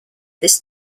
this